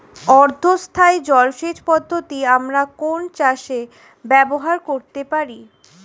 অর্ধ স্থায়ী জলসেচ পদ্ধতি আমরা কোন চাষে ব্যবহার করতে পারি?